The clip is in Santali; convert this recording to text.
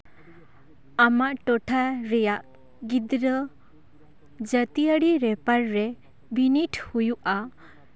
ᱟᱢᱟᱜ ᱴᱚᱴᱷᱟ ᱨᱮᱭᱟᱜ ᱜᱤᱫᱽᱨᱟᱹ ᱡᱟᱹᱛᱤᱭᱟᱹᱨᱤ ᱨᱮᱯᱟᱨ ᱨᱮ ᱵᱤᱱᱤᱰ ᱦᱩᱭᱩᱜᱼᱟ